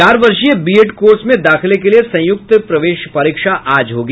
चार वर्षीय BEd course में दाखिले के लिये संयुक्त प्रवेश परीक्षा आज होगी